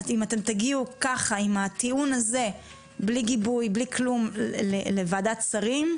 אם אתם תגיעו ככה עם הטיעון הזה בלי גיבוי ובלי כלום לוועדת שרים,